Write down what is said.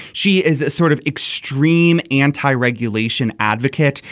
she is sort of extreme anti regulation advocate.